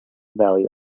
valley